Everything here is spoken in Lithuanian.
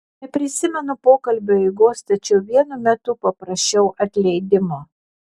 neprisimenu pokalbio eigos tačiau vienu metu paprašiau atleidimo